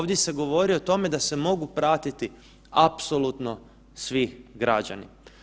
Ovdje se govori o tome da se mogu pratiti apsolutno svi građani.